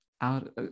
out